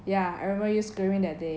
ya I remember you screaming that day